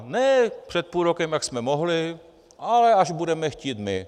Ne před půl rokem, jak jsme mohli, ale až budeme chtít my.